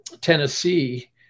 Tennessee